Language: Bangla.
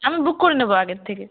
আমি বুক করে নেব আগের থেকে